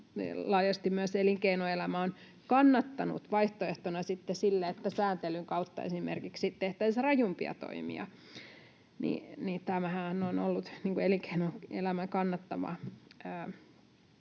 laajasti myös elinkeinoelämä on kannattanut vaihtoehtona sille, että sääntelyn kautta esimerkiksi tehtäisiin rajumpia toimia. Tämähän on ollut elinkeinoelämän kannattama